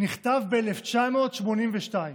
נכתב ב-1982,